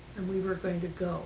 and we were going to